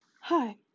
Hi